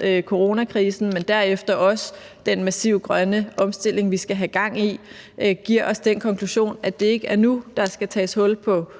til coronakrisen, men derefter også den massive grønne omstilling, vi skal have gang i, bringer os til den konklusion, at det ikke er nu, der skal tages hul på